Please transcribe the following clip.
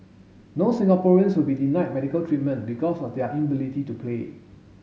no Singaporeans will be denied medical treatment because of their to pay